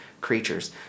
creatures